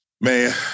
Man